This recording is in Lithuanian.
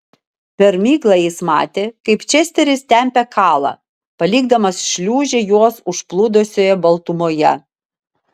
per miglą jis matė kaip česteris tempia kalą palikdamas šliūžę juos užplūdusioje baltumoje